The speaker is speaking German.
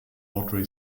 audrey